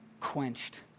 quenched